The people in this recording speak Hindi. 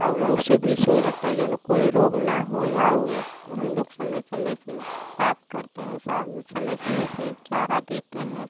और और उसे भी सुईं लगती है जउनो कोई रोग ना होए और अ हम लोग समय समय से साफ करते हैं साबुन समय समय से चारा देते हैं